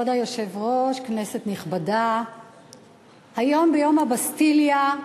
כבוד היושב-ראש, כנסת נכבדה, היום, ביום הבסטיליה,